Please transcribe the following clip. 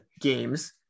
games